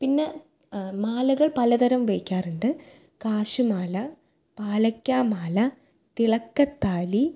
പിന്നെ മാലകൾ പലതരം ഉപയഗിക്കാറുണ്ട് കാശ്ശ്മാല പാലയ്ക്കാമാല തിളക്കത്താലി